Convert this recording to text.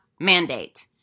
mandate